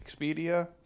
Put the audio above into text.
expedia